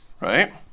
right